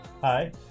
Hi